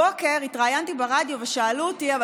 הבוקר התראיינתי ברדיו ושאלו אותי: אבל